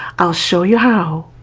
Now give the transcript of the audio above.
i'll show you how!